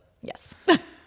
Yes